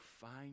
find